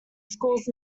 schools